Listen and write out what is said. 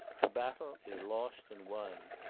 the battle is lost and won.